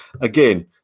Again